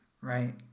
right